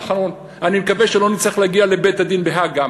אני מקווה שלא נצטרך גם להגיע לבית-הדין בהאג.